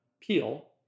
peel